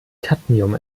kadmium